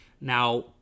Now